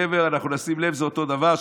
דבר, אנחנו נשים לב, זה אותו דבר,